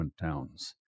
towns